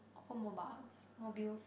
automobiles mobiles